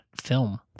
film